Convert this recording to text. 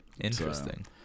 Interesting